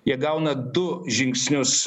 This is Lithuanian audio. jie gauna du žingsnius